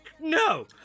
No